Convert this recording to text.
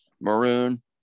maroon